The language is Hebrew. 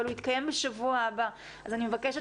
אבל הוא יתקיים בשבוע הבא אז אני מבקשת,